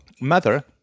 mother